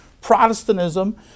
Protestantism